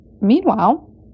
Meanwhile